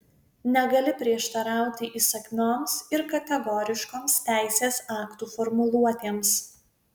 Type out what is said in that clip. negali prieštarauti įsakmioms ir kategoriškoms teisės aktų formuluotėms